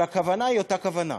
אבל הכוונה היא אותה כוונה,